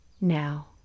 now